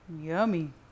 Yummy